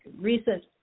recent